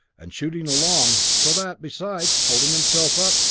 and shooting along, so that, besides, holding himself up,